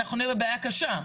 אנחנו נהיה בבעיה קשה.